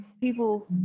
People